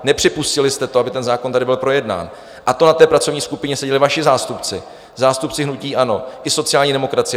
Nepřipustili jste, aby ten zákon tady byl projednán, a to na té pracovní skupině seděli vaši zástupci, tehdy zástupci hnutí ANO i sociální demokracie.